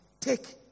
Take